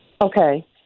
Okay